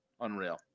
Unreal